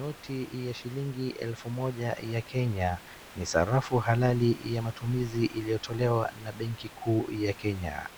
Noti ya shilingi elfu moja ya Kenya ni sarafu halali ya matumizi iliyotolewa na benki kuu ya Kenya.